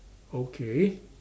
okay